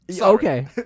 Okay